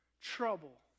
trouble